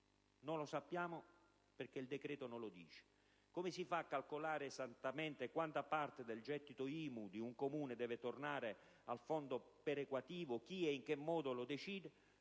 Non lo sappiamo perché il decreto non lo dice. Come si fa poi a calcolare esattamente quanta parte del gettito IMU di un Comune deve tornare al fondo perequativo? Chi e in che modo lo decide?